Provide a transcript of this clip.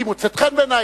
היא מוצאת חן בעיני,